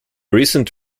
recent